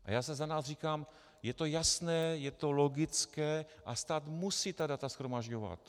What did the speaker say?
A já si za nás říkám, je to jasné, je to logické a stát musí ta data shromažďovat.